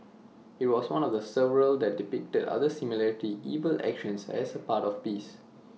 IT was one of several that depicted other similarly evil actions as part of the piece